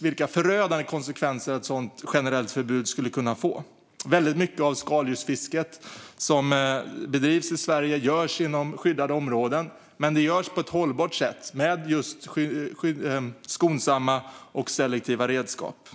vilka förödande konsekvenser ett sådant generellt förbud skulle kunna få. Väldigt mycket av skaldjursfisket i Sverige bedrivs i skyddade områden, men det bedrivs på ett hållbart sätt, med just skonsamma och selektiva redskap.